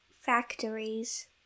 factories